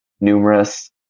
Numerous